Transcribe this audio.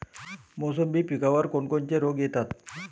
मोसंबी पिकावर कोन कोनचे रोग येतात?